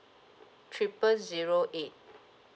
triple zero eight